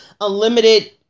unlimited